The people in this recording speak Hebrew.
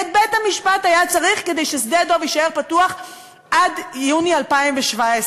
את בית-המשפט היה צריך כדי ששדה-דב יישאר פתוח עד יוני 2017,